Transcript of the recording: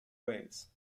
ways